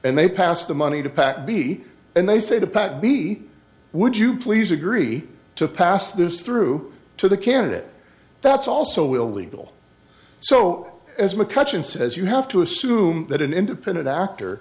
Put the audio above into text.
and they passed the money to pack b and they say to pack b would you please agree to pass this through to the candidate that's also will legal so as mccutcheon says you have to assume that an independent actor